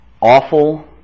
awful